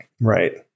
Right